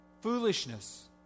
foolishness